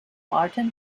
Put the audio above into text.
martin